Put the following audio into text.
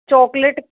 chocolate